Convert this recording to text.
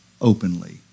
openly